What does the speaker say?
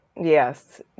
Yes